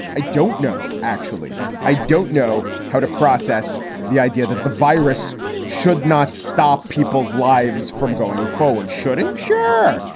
i don't know. actually, i don't know how to process the idea that the virus should not stop people's lives from going forward should ensure.